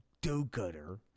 do-gooder